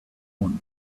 one